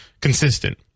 consistent